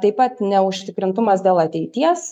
taip pat neužtikrintumas dėl ateities